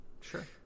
sure